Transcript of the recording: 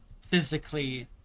physically